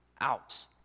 out